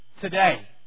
today